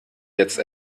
jetzt